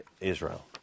Israel